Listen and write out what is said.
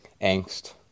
angst